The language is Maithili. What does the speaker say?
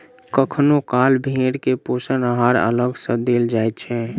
कखनो काल भेंड़ के पोषण आहार अलग सॅ देल जाइत छै